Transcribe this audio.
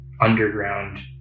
underground